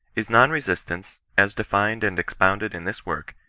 is non-resistance, as defined and expounded in this work,